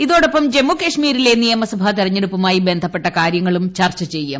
ഇതോടൊപ്പം ജമ്മുകാശ്മീരിലെ നിയമസഭാ തെരഞ്ഞെടുപ്പുമായി ബന്ധപ്പെട്ട കാര്യങ്ങളും ചർച്ച ചെയ്യും